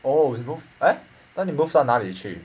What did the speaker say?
oh you move eh then 你 move 到哪里去